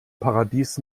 paradies